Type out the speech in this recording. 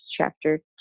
chapter